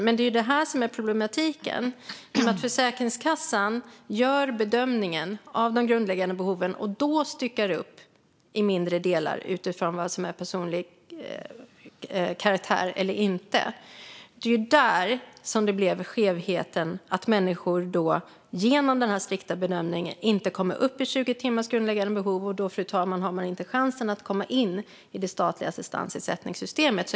Men i och med att Försäkringskassan gör bedömningen av de grundläggande behoven och då styckar upp i mindre delar utifrån vad som är av personlig karaktär eller inte uppstår en skevhet. Genom denna strikta bedömning kommer människor inte upp i 20 timmars grundläggande behov, och då har de inte chansen att komma in i det statliga assistansersättningssystemet.